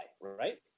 right